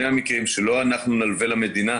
לדחות את תשלומי המע"מ גם לעסקים בינוניים וגדולים,